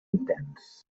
intens